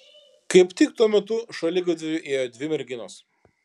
kaip tik tuo metu šaligatviu ėjo dvi merginos